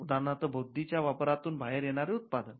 उदारणार्थ बुद्धी च्या वापरातून बाहेर येणारे उत्पादन